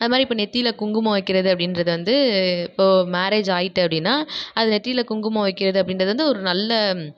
அதுமாதிரி இப்போ நெத்தியில் குங்குமம் வைக்கிறது அப்படின்றது வந்து இப்போது மேரேஜ் ஆகிட்டு அப்படின்னா அது நெத்தியில் குங்குமம் வைக்கிறது அப்படின்றது ஒரு நல்ல